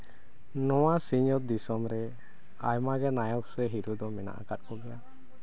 ᱱᱚᱣᱟ ᱥᱤᱧ ᱚᱛ ᱫᱤᱥᱚᱢ ᱨᱮ ᱟᱭᱢᱟ ᱜᱟᱱ ᱱᱟᱭᱚᱠ ᱥᱮ ᱦᱤᱨᱳ ᱫᱚ ᱢᱮᱱᱟᱜ ᱠᱚᱜᱮᱭᱟ